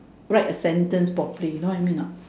write a sentence properly you know what I mean or not